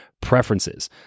preferences